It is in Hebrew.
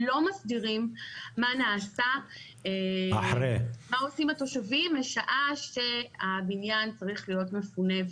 לא מסדירים מה עושים התושבים משעה שהבניין צריך להיות מפונה.